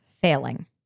failing